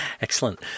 Excellent